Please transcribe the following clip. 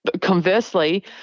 conversely